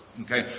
Okay